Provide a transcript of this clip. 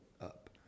up